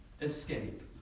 escape